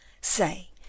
say